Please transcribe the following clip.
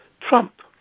Trump